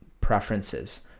preferences